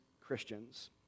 Christians